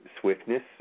swiftness